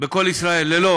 ב"קול ישראל" ללא